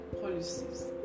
policies